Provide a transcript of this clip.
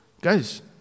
guys